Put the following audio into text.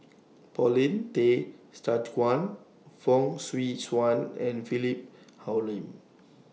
Paulin Tay Straughan Fong Swee Suan and Philip Hoalim